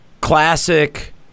classic